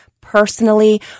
Personally